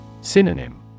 Synonym